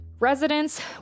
Residents